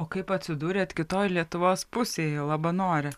o kaip atsidūrėt kitoj lietuvos pusėje labanore